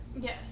Yes